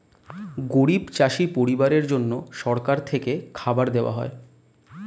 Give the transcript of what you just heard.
গরিব চাষি পরিবারের জন্য সরকার থেকে খাবার দেওয়া